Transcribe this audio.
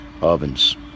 ovens